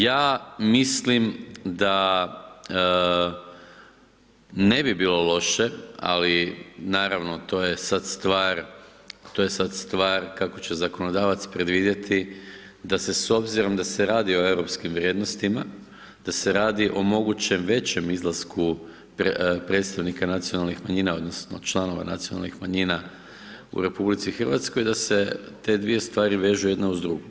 Ja mislim da ne bi bilo lođe, ali naravno to je sada stvar kako će zakonodavac predvedete, da se s obzirom da se radi o europskim vrijednostima, da se radi o mogućem većem izlasku predstojnika nacionalnih manjina, odnosno, članova nacionalnih manjina u RH, i da se te 2 stvari vežu jedna uz drugu.